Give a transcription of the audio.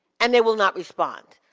and they will not respond.